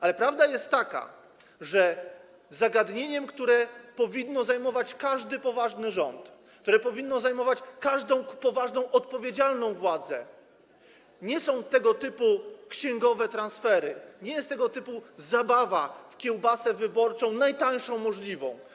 Ale prawda jest taka, że zagadnieniem, które powinno zajmować każdy poważny rząd, które powinno zajmować każdą poważną, odpowiedzialną władzę, nie są tego typu księgowe transfery, nie jest tego typu zabawa w kiełbasę wyborczą, najtańszą możliwą.